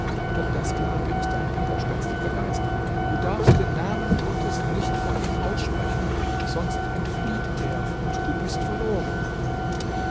doch der sklave ist ein widerspenstiger geist du darfst den namen gottes nicht vor ihm aussprechen sonst entflieht er und du bist verloren